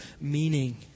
meaning